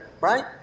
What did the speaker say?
right